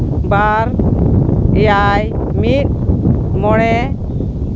ᱵᱟᱨ ᱮᱭᱟᱭ ᱢᱤᱫ ᱢᱚᱬᱮ